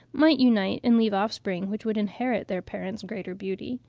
might unite and leave offspring which would inherit their parents' greater beauty.